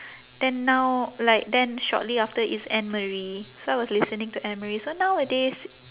then now like then shortly after it's anne-marie so I was listening to anne-marie so nowadays